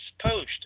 post